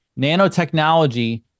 nanotechnology